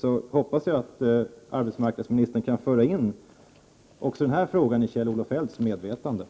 och jag hoppas att arbetsmarknadsministern skall kunna göra också Kjell-Olof Feldt medveten om dessa frågor.